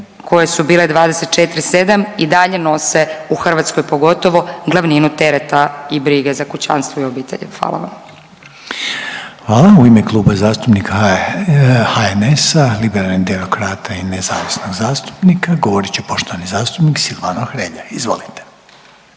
koje su bile 24 7 i dalje nose u Hrvatskoj pogotovo glavninu tereta i brige za kućanstvo i obitelj. Hvala vam. **Reiner, Željko (HDZ)** U ime Kluba zastupnika HNS-a, Liberalnih demokrata i nezavisnog zastupnika govorit će poštovani zastupnik Silvano Hrelja. Izvolite.